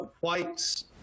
whites